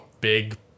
Big